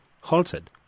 halted